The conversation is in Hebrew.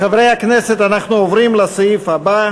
חברי הכנסת, אנחנו עוברים לסעיף הבא.